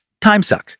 timesuck